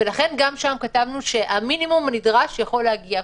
לכן גם שם כתבנו שהמינימום הנדרש יכול להגיע.